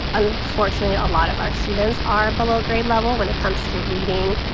unfortunately a lot of our students are below grade level when it comes to reading,